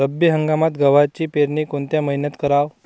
रब्बी हंगामात गव्हाची पेरनी कोनत्या मईन्यात कराव?